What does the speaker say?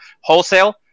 wholesale